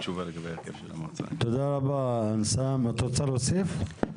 תודה רבה, אנסאם, את רוצה להוסיף?